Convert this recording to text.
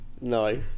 No